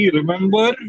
remember